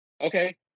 Okay